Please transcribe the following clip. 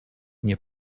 nie